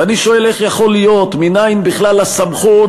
ואני שואל, איך יכול להיות, מנין בכלל הסמכות